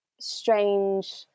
strange